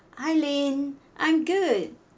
hi lynn I'm good